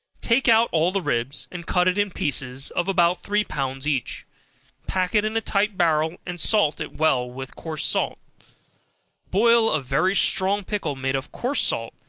take out all the ribs, and cut it in pieces of about three pounds each pack it in a tight barrel, and salt it well with coarse salt boil a very strong pickle made of coarse salt,